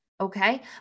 okay